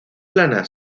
plana